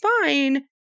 fine